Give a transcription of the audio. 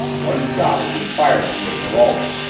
one shot has been fired from this revolver!